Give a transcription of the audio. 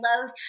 love